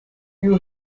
you